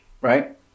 right